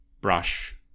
brush